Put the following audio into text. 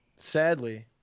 Sadly